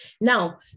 Now